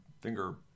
finger